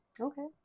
Okay